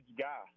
guy